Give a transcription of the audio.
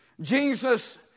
Jesus